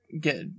get